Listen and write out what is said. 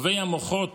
טובי המוחות